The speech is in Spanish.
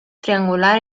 triangular